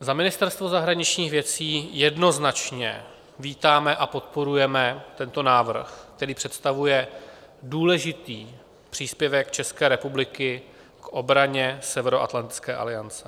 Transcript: Za Ministerstvo zahraničních věcí jednoznačně vítáme a podporujeme tento návrh, který představuje důležitý příspěvek České republiky k obraně Severoatlantické aliance.